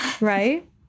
Right